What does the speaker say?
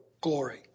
glory